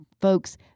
folks